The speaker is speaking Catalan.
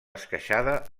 esqueixada